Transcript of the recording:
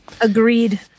agreed